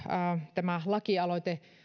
tämä lakialoite